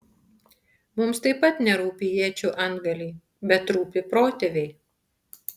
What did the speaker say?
mums taip pat nerūpi iečių antgaliai bet rūpi protėviai